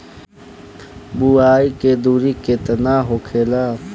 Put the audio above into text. बुआई के दूरी केतना होखेला?